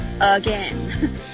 again